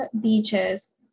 beaches